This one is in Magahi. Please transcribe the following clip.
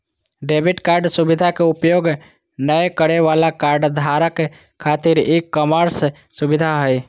डेबिट कार्ड सुवधा के उपयोग नय करे वाला कार्डधारक खातिर ई कॉमर्स सुविधा हइ